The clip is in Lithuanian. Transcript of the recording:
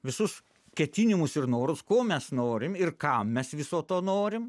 visus ketinimus ir norus ko mes norim ir kam mes viso to norim